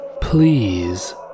please